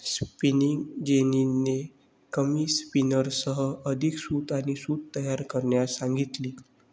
spinning जेनीने कमी स्पिनर्ससह अधिक सूत आणि सूत तयार करण्यास सांगितले